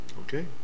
Okay